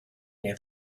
near